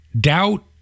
doubt